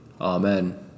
Amen